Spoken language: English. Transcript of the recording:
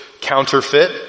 counterfeit